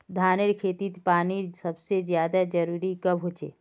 धानेर खेतीत पानीर सबसे ज्यादा जरुरी कब होचे?